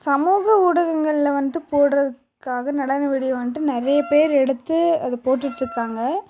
சமூக ஊடகங்களில் வந்துட்டு போடுறதுக்காக நடன வீடியோ வந்துட்டு நிறைய பேர் எடுத்து அது போட்டுட்டு இருக்காங்க